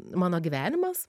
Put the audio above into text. mano gyvenimas